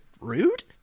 rude